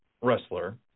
wrestler